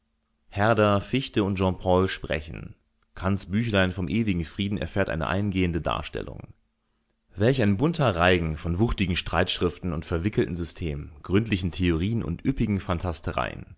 sei herder fichte und jean paul sprechen kants büchlein vom ewigen frieden erfährt eine eingehende darstellung welch ein bunter reigen von wuchtigen streitschriften und verwickelten systemen gründlichen theorien und üppigen